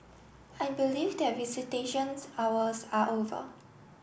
I believe that visitations hours are over